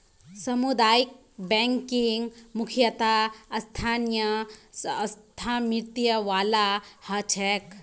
सामुदायिक बैंकिंग मुख्यतः स्थानीय स्वामित्य वाला ह छेक